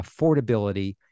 affordability